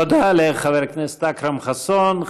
תודה לחבר הכנסת אכרם חסון.